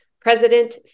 President